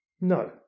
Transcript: no